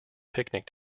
picnic